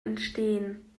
entstehen